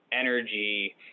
energy